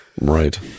Right